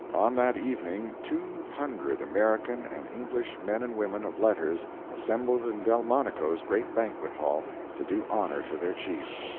on that evening, two hundred american and english men and women of letters assembled in delmonico's great banquet-hall to do honor to their chief.